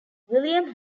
william